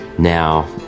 Now